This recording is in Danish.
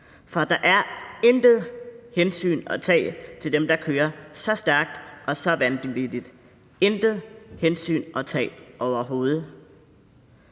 for der er intet hensyn at tage til dem, der kører så stærkt og så vanvittigt – intet hensyn at tage overhoved!